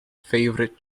favourite